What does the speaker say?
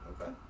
Okay